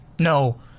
No